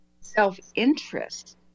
self-interest